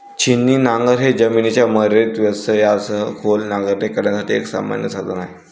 छिन्नी नांगर हे जमिनीच्या मर्यादित व्यत्ययासह खोल नांगरणी करण्यासाठी एक सामान्य साधन आहे